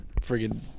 Friggin